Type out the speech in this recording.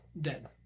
dead